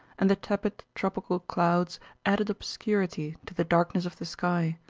and the tepid, tropical clouds added obscurity to the darkness of the sky,